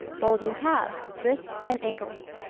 bulging calves, wrists and ankles.